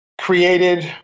created